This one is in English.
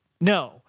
No